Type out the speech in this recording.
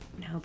No